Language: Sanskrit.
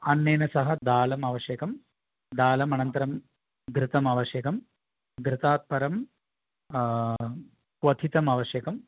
अन्नेन सह दालमावश्यकं दालमनन्तरं घृतमावश्यकं घृतात् परं क्वथितमावश्यकम्